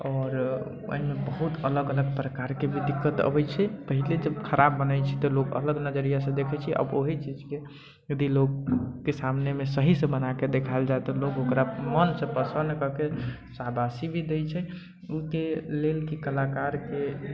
आओर एहिमे बहुत अलग अलग प्रकारके भी दिक्कत अबै छै पहले जब खराब बनै छै तऽ लोक अलग नजरियासँ देखै छै आ ओहि चीजके यदि लोकके सामनेमे सहीसँ बनाइके देखाइल जाइ तऽ लोक ओकरा मनसँ पसन्द करिके शाबासी भी दै छै ओहि के लेल कि कलाकारके